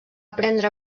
prendre